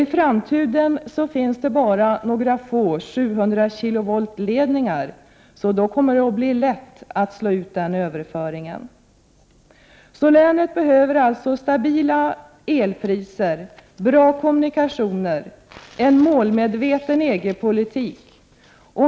I framtiden kommer det bara att finnas några få 700-kilowoltledningar, och det kommer då att bli lätt att slå ut överföringen. Länet behöver stabila elpriser, bra kommunikationer och en målmedveten EG-politik.